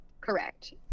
correct